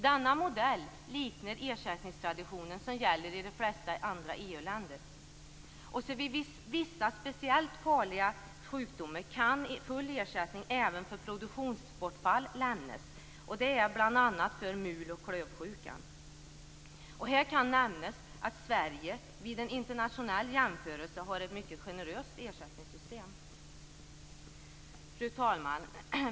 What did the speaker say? Denna modell liknar den ersättningstradition som gäller i de flesta övriga EU-länder. Vid vissa speciellt farliga sjukdomar kan full ersättning även för produktionsbortfall lämnas, t.ex. mul och klövsjuka. Här kan nämnas att Sverige vid en internationell jämförelse har ett mycket generöst ersättningssystem. Fru talman!